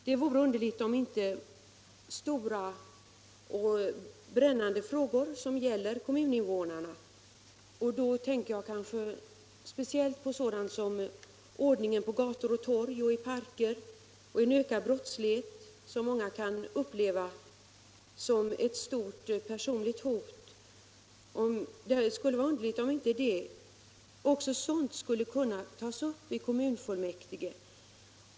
Det vore underligt om inte stora och brännande frågor som gäller kommuninvånarna — jag tänker kanske speciellt på sådant som ordningen på gator och torg och i parker samt den ökade brottsligheten, som många kan uppleva som ett stort personligt hot — skulle kunna tas upp i kommunfullmäktige.